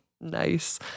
Nice